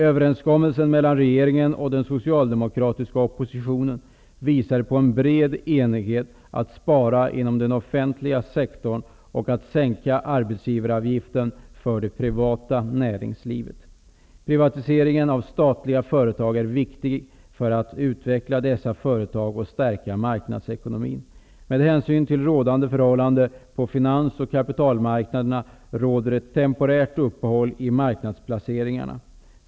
Överenskommelsen mellan regeringen och den socialdemokratiska oppositionen visar på en bred enighet att spara inom den offentliga sektorn och att sänka arbetsgivaravgiften för det privata näringslivet. Privatiseringen av statliga företag är viktig för att utveckla dessa företag och stärka marknadsekonomin. Med hänsyn till rådande förhållanden på finans och kapitalmarknaderna råder ett temporärt uppehåll i marknadsplaceringarna.